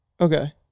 Okay